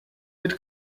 mit